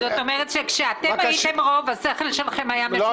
אומרת, שכשאתם הייתם רוב השכל שלכם היה משובש?